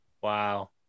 Wow